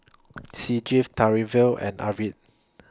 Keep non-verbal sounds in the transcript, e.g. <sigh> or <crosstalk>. Sanjeev <unintelligible> and Arvind